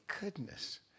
goodness